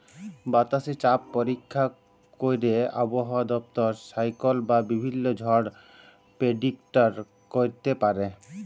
বাতাসে চাপ পরীক্ষা ক্যইরে আবহাওয়া দপ্তর সাইক্লল বা বিভিল্ল্য ঝড় পের্ডিক্ট ক্যইরতে পারে